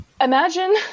imagine